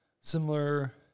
Similar